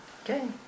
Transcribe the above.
Okay